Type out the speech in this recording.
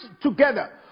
together